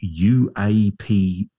UAP